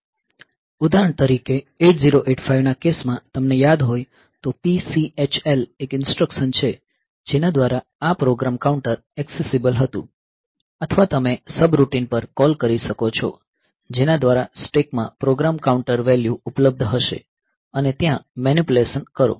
ઉદાહરણ તરીકે 8085 ના કેસ માં તમને યાદ હોય તો PCHL એક ઇન્સટ્રકશન છે જેના દ્વારા આ પ્રોગ્રામ કાઉન્ટર એકસીસીબલ હતું અથવા તમે સબરૂટિન પર કૉલ કરી શકો છો જેના દ્વારા સ્ટેક માં પ્રોગ્રામ કાઉન્ટર વેલ્યૂ ઉપલબ્ધ હશે અને ત્યાં મેનીપ્યુલેશન કરો